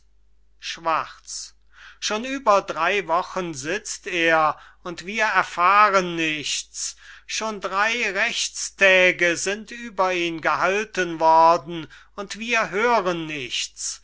schwarz schon über drey wochen sitzt er und wir erfahren nichts schon drey rechtstäge sind über ihn gehalten worden und wir hören nichts